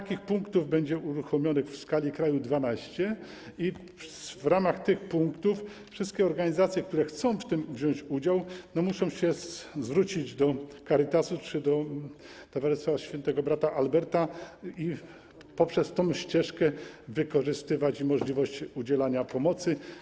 Takich punktów będzie uruchomionych w skali kraju 12 i w ramach tych punktów wszystkie organizacje, które chcą w tym wziąć udział, muszą się zwrócić do Caritasu czy Towarzystwa Pomocy im. św. Brata Alberta i poprzez tę ścieżkę wykorzystywać możliwość udzielania pomocy.